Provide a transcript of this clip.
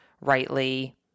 rightly